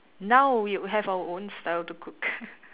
now we will have our own style to cook